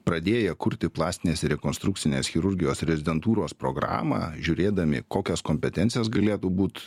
pradėję kurti plastinės rekonstrukcinės chirurgijos rezidentūros programą žiūrėdami kokios kompetencijos galėtų būt